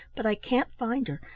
but i can't find her,